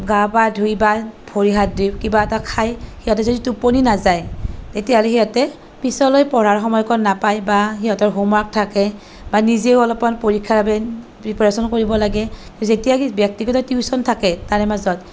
গা পা ধুই বা ভৰি হাত ধুই কিবা এটা খায় সিহঁতে যদি টোপনি নাযায় তেতিয়াহ'লে সিহঁতে পিছলৈ পঢ়াৰ সময়কণ নাপায় বা সিহঁতৰ হোমৱৰ্ক থাকে বা নিজেও অলপমান পৰীক্ষাৰ বাবে প্ৰীপেৰেচন কৰিব লাগে যেতিয়া সেই ব্য়ক্তিগত টিউচন থাকে তাৰে মাজত